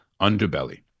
underbelly